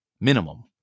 minimum